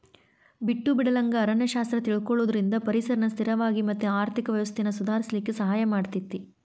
ಬಿಟ್ಟು ಬಿಡಲಂಗ ಅರಣ್ಯ ಶಾಸ್ತ್ರ ತಿಳಕೊಳುದ್ರಿಂದ ಪರಿಸರನ ಸ್ಥಿರವಾಗಿ ಮತ್ತ ಆರ್ಥಿಕ ವ್ಯವಸ್ಥೆನ ಸುಧಾರಿಸಲಿಕ ಸಹಾಯ ಮಾಡತೇತಿ